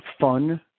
fun